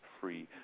free